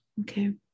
Okay